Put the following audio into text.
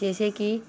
जैसे कि